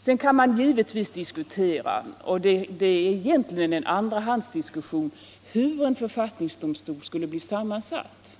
Sedan kan man givetvis diskutera — och det är egentligen en andrahandsdiskussion — hur en författningsdomstol skulle vara sammansatt.